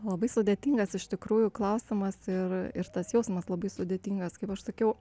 labai sudėtingas iš tikrųjų klausimas ir ir tas jausmas labai sudėtingas kaip aš sakiau